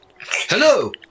Hello